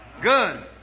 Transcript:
Good